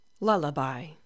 Lullaby